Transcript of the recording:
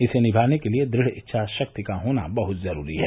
इसे निभाने के लिए दृढ़ इच्छाशक्ति का होना बहुत जरूरी है